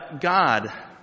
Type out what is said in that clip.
God